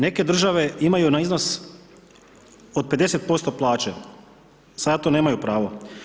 Neke države imaju na iznos od 50% plaće, sada to nemaju pravo.